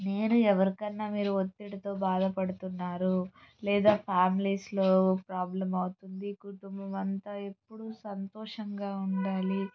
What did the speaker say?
నేను ఎవరికన్నా మీరు ఒత్తిడితో బాధ పడుతున్నారు లేదా ఫ్యామిలీస్లో ప్రోబ్లమ్ అవుతుంది లేదా కుటుంబమంతా ఎప్పుడూ సంతోషంగా ఉండాలి